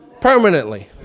permanently